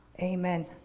Amen